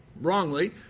wrongly